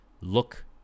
look